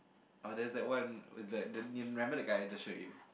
oh that there is that one with that the do you remember the guy that showed you